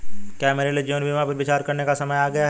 क्या मेरे लिए जीवन बीमा पर विचार करने का समय आ गया है?